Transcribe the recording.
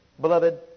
beloved